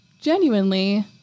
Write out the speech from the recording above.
genuinely